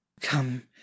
come